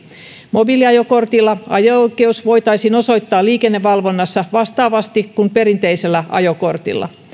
mobiiliajokortilla ajo oikeus voitaisiin osoittaa liikennevalvonnassa vastaavasti kuin perinteisellä ajokortilla